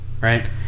right